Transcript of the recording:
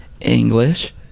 English